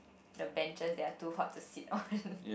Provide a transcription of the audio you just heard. the benches that are too hot to sit on